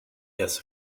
has